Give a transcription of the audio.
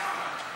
הצבעה.